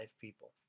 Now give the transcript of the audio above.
people